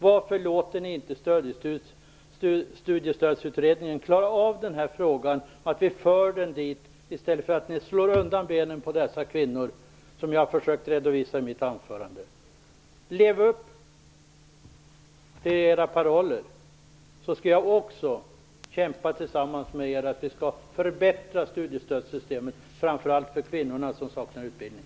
Varför låter ni inte Studiestödsutredningen klara av denna fråga? Vi bör föra den dit i stället för att slå undan benen på dessa kvinnor, som jag har försökt redovisa i mitt anförande. Lev upp till era paroller! Då skall jag kämpa tillsammans med er för att förbättra studiestödssystemet framför allt för kvinnor som saknar utbildning.